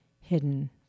hidden